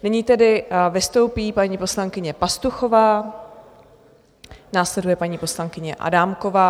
Nyní tedy vystoupí paní poslankyně Pastuchová, následuje paní poslankyně Adámková.